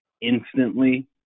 instantly